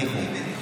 הניחו.